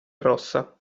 rossa